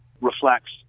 reflects